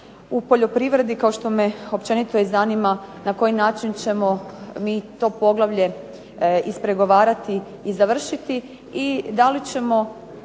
u poljoprivredi kao što me općenito zanima na koji način ćemo mi to poglavlje ispregovarati i završiti i da li ćemo